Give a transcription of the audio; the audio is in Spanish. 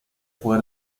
fue